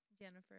Jennifer